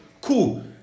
cool